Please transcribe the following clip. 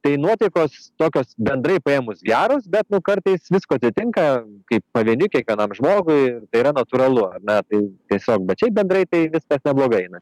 tai nuotaikos tokios bendrai paėmus geros bet nu kartais visko atsitinka kaip pavieniui kiekvienam žmogui tai yra natūralu ar ne tai tiesiog bet šiaip bendrai tai viskas neblogai einas